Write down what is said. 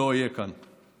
לא אהיה כאן.